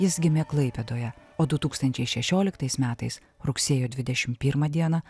jis gimė klaipėdoje o du tūkstančiai šešioliktais metais rugsėjo dvidešim pirmą dieną